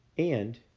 and,